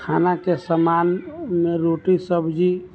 खानाके समान ओहिमे रोटी सब्जी